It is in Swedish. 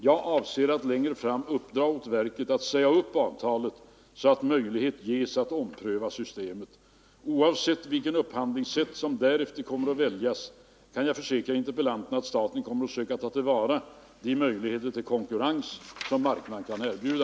Jag avser att längre fram uppdra åt verket att säga upp avtalet så att möjlighet ges att ompröva systemet. Oavsett vilket upphandlingssätt som därefter kommer att väljas kan jag försäkra interpellanten att staten kommer att söka ta till vara de möjligheter till konkurrens som marknaden kan erbjuda.